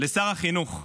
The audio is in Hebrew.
לשר החינוך,